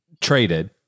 traded